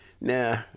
nah